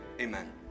amen